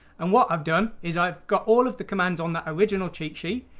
and what i've done is i've got all of the commands on that original cheat sheet,